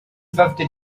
fifty